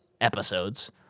episodes